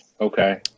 Okay